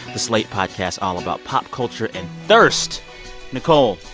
the slate podcast all about pop culture and thirst nichole,